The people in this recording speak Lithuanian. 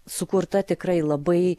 sukurta tikrai labai